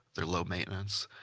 they're low maintenance.